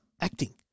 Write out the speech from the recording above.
acting